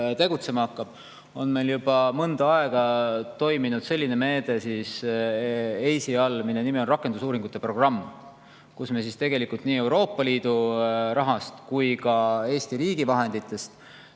tegutsema hakkab, on meil juba mõnda aega toiminud meede [EISA] all, mille nimi on rakendusuuringute programm. Me tegelikult nii Euroopa Liidu rahast kui ka Eesti riigi vahenditest